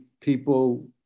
people